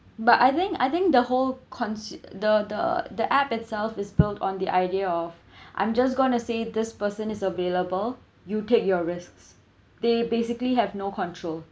but I think I think the whole concept the the the app itself is built on the idea of I'm just going to say this person is available you take your risks they basically have no control